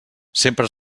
sempre